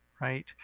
right